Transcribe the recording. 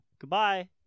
Goodbye